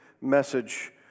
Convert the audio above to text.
message